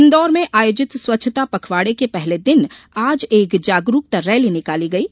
इंदौर में आयोजित स्वच्छता पखवाडे के पहले दिन आज एक जागरूकता रैली निकाली गयी